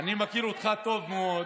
אני מכיר אותך טוב מאוד.